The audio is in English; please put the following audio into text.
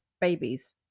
babies